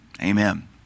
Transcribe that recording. Amen